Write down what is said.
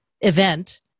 event